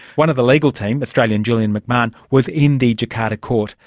one of the legal team, australian julian mcmahon, was in the jakarta court.